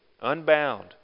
unbound